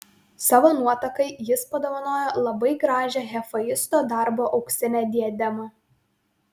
savo nuotakai jis padovanojo labai gražią hefaisto darbo auksinę diademą